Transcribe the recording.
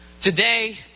Today